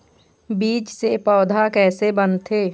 बीज से पौधा कैसे बनथे?